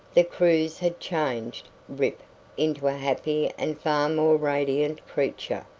the cruise had changed rip into a happier and far more radiant creature,